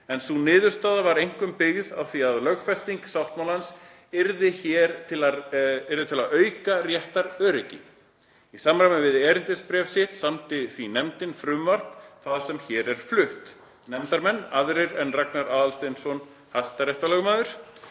en sú niðurstaða var einkum byggð á því að lögfesting sáttmálans yrði til að auka réttaröryggi. Í samræmi við erindisbréf sitt samdi því nefndin frumvarp það sem hér er flutt. Nefndarmenn, aðrir en Ragnar Aðalsteinsson hæstaréttarlögmaður,